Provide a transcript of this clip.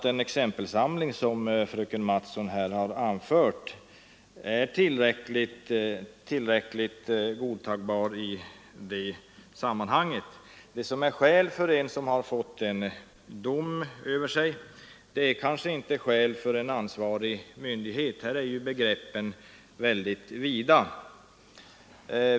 Den exempelsamling som fröken Mattson har redogjort för anser vi inte vara helt godtagbar. Vad som är skäl för uppskov sett från den dömdes sida betraktas kanske inte som tillräckligt skäl från den ansvariga myndighetens sida. Tolkningarna kan alltså vara mycket vida.